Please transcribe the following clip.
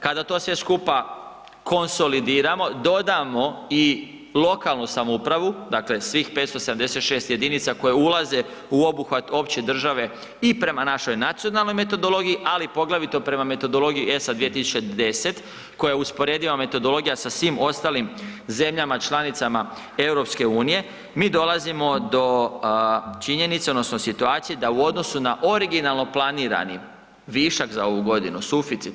Kada to sve skupa konsolidiramo, dodamo i lokalnu samoupravu, dakle svih 576 jedinica koje ulaze u obuhvat opće države i prema našoj nacionalnoj metodologiji, ali poglavito prema metodologiji ESA 2010 koja je usporediva metodologija sa svim ostalim zemljama članicama EU, mi dolazimo do činjenice odnosno situacije da u odnosu na originalno planirani višak za ovu godinu, suficit.